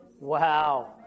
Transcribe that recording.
Wow